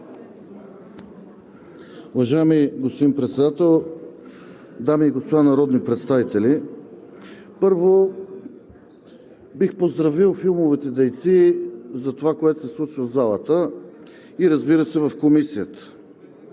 Уважаеми господин Председател, дами и господа народни представители! Първо, бих поздравил филмовите дейци за това, което се случва в залата, и разбира се, в Комисията